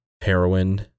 heroin